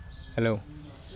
hello